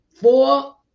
four